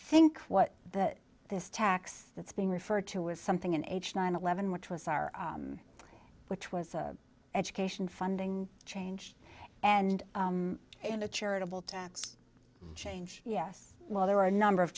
think what that this tax that's being referred to is something an aged nine eleven which was our which was education funding changed and and a charitable tax change yes well there are a number of